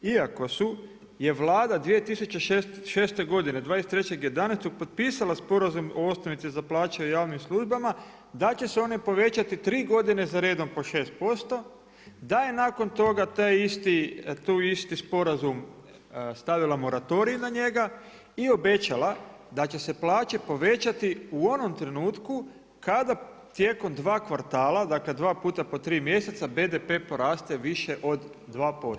Iako je Vlada 2006. godine, 23.11. potpisala sporazum o osnovice za plaća u javnim službama, da će se one povećati, 3 godine zaredom po 6% da je nakon toga taj isti sporazum stavila moratorij na njega, i obećala da će se plaće povećati u onom trenutku, kada tijekom 2 kvartala, dakle 2 puta po 3 mjeseca BDP poraste više od 2%